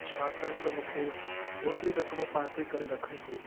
छाकाणि त मूंखे ओतिरी रक़म पासे करे रखिणी हुई